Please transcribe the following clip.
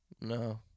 No